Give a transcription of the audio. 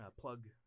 plug –